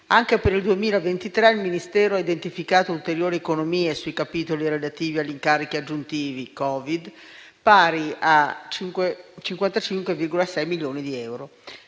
anche per il 2023 il Ministero ha identificato ulteriori economie sui capitoli relativi agli incarichi aggiuntivi (Covid), pari a 55,6 milioni di euro.